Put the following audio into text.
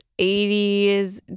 80s